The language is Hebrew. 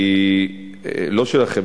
לא שלכם,